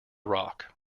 rock